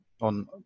on